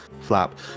flap